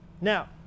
Now